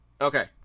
Okay